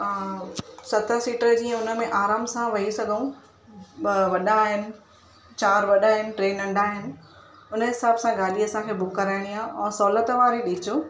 आंं सत सीटर जीअं उनमे आराम सां वेही सघऊं ॿ वॾा आहिनि चार वॾा आहिनि टे नंढा आहिनि उन हिसाब सां गाॾी असांखे बुक कराइणी आहे ऐं सहुलियत वारी ॾिजो